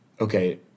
okay